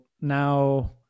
now